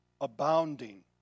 abounding